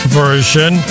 version